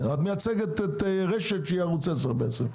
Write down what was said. אני לא ערוץ 10 --- את מייצגת את רשת שהיא ערוץ 10 בעצם.